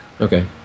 Okay